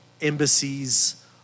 embassies